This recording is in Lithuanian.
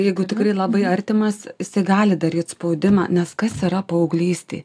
jeigu tikrai labai artimas jisai gali daryt spaudimą nes kas yra paauglystė